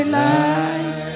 life